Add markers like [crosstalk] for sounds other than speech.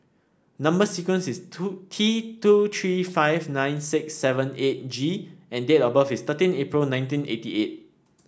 number sequence is [unintelligible] T two three five nine six seven eight G and date of birth is thirteen April nineteen eighty eight